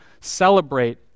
celebrate